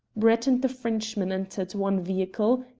brett and the frenchman entered one vehicle,